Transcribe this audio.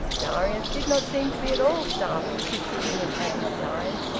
darius did not seem to be at all startled to see him at his side.